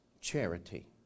charity